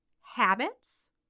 habits